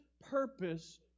purpose